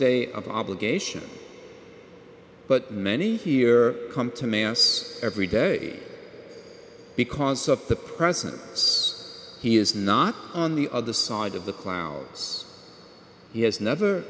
day of obligation but many here come to mass every day because of the presence he is not on the other side of the clouds he has never